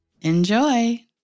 Enjoy